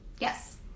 Yes